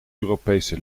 europese